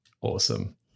Awesome